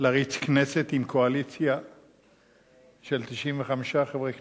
להריץ כנסת עם קואליציה של 95 חברי כנסת.